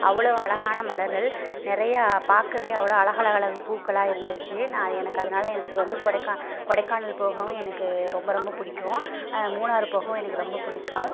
அவ்வளோ அழகான மலர்கள் நிறையா பார்க்கவே அவ்வளோ அழகழகழகு பூக்களாக இருந்துச்சு நான் எனக்கு அதனால் எனக்கு வந்து கொடைக்கா கொடைக்கானல் போகவும் எனக்கு ரொம்ப ரொம்ப பிடிக்கும் மூணாறு போகவும் எனக்கு ரொம்ப பிடிக்கும்